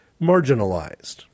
marginalized